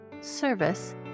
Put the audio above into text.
service